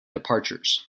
departures